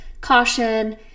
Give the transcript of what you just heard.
caution